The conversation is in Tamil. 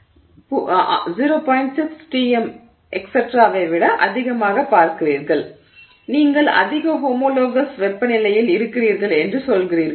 6Tm etcetera ஐ விட அதிகமாக பார்க்கிறீர்கள் நீங்கள் அதிக ஹோமோலோகஸ் வெப்பநிலையில் இருக்கிறீர்கள் என்று சொல்கிறீர்கள்